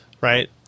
Right